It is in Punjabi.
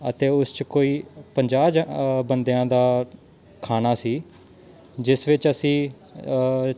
ਅਤੇ ਉਸ ਚ ਕੋਈ ਪੰਜਾਹ ਜ ਬੰਦਿਆਂ ਦਾ ਖਾਣਾ ਸੀ ਜਿਸ ਵਿੱਚ ਅਸੀਂ